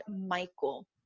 Michael